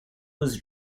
was